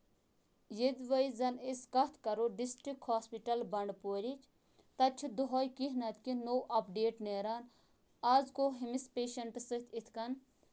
یدوٲے زَن أسۍ کَتھ کَرو ڈِسٹرک ہوسپٹل بَنڈپورِچ تَتہِ چھ دۄہٕے کیٚنہہ نہ تہٕ کیٚنہہ نوٚو اَپ دیٹ نیران آز گوٚو ہُمِس پیشَنٹَس سۭتۍ یِتھ کٔنۍ